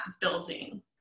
building